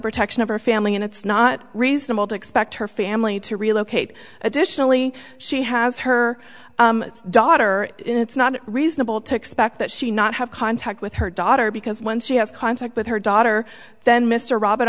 protection of her family and it's not reasonable to expect her family to relocate additionally she has her daughter it's not reasonable to expect that she not have contact with her daughter because once she has contact with her daughter then mr rob